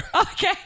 Okay